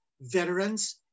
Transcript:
veterans